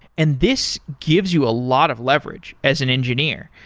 and this gives you a lot of leverage as an engineer.